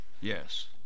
Yes